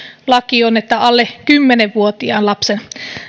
laki on että alle kymmenen vuotiaan lapsen